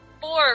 four